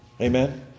Amen